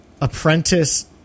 apprentice